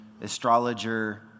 astrologer